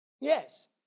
Yes